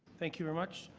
thank you, very much.